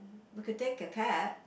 we could take a cab